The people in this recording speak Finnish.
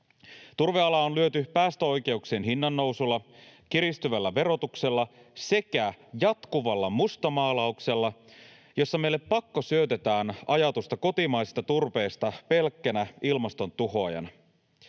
Turvealaa on lyöty päästöoikeuksien hinnannousulla, kiristyvällä verotuksella sekä jatkuvalla mustamaalauksella, jossa meille pakkosyötetään ajatusta kotimaisesta turpeesta pelkkänä ilmaston tuhoajana.